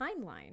timeline